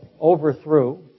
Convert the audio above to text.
overthrew